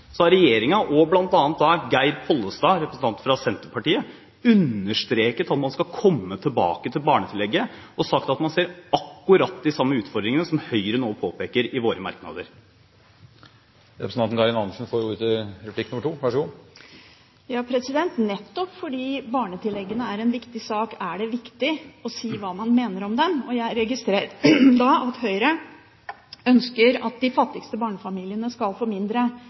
har regjeringen og bl.a. Geir Pollestad, representanten fra Senterpartiet, understreket at man skal komme tilbake til barnetillegget, og han har sagt at man ser akkurat de samme utfordringene som Høyre nå påpeker i sine merknader. Nettopp fordi barnetilleggene er en viktig sak, er det viktig å si hva man mener om dem. Jeg registrerer da at Høyre ønsker at de fattigste barnefamiliene skal få mindre.